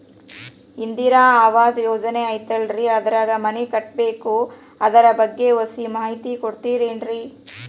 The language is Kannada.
ಇಂದಿರಾ ಆವಾಸ ಯೋಜನೆ ಐತೇಲ್ರಿ ಅದ್ರಾಗ ಮನಿ ಕಟ್ಬೇಕು ಅದರ ಬಗ್ಗೆ ಒಸಿ ಮಾಹಿತಿ ಕೊಡ್ತೇರೆನ್ರಿ?